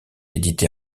éditée